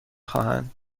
خواهند